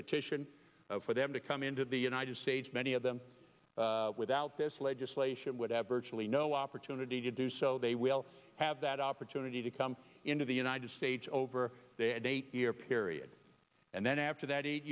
petition for them to come into the united states many of them without this legislation would have virtually no opportunity to do so they will have that opportunity to come into the united states over they had a two year period and then after that eight